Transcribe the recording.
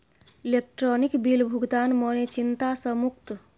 electronic bill भुगतान मने चिंता सँ मुक्ति